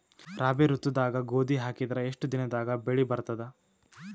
ರಾಬಿ ಋತುದಾಗ ಗೋಧಿ ಹಾಕಿದರ ಎಷ್ಟ ದಿನದಾಗ ಬೆಳಿ ಬರತದ?